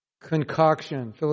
Concoction